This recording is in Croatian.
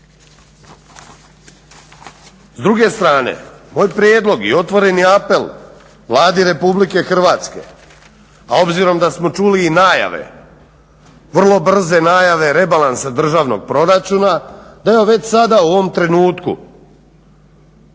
S druge strane moj prijedlog i otvoreni apel Vladi RH a obzirom da smo čuli i najave, vrlo brze najave rebalansa državnog proračuna da je već sada u ovom trenutku